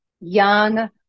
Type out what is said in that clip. young